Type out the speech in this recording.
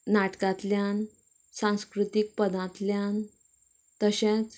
नाटकांतल्यान सांस्कृतीक पदांतल्यान तशेंच